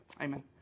Amen